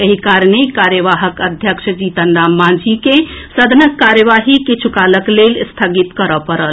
एहि कारणे कार्यवाहक अध्यक्ष जीतन राम मांझी के सदनक कार्यवाही किछु कालक लेल स्थगित करए पड़ल